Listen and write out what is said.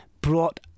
brought